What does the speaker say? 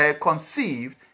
conceived